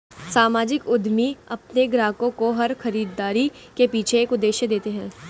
सामाजिक उद्यमी अपने ग्राहकों को हर खरीदारी के पीछे एक उद्देश्य देते हैं